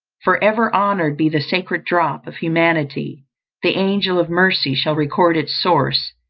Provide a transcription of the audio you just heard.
for ever honoured be the sacred drop of humanity the angel of mercy shall record its source,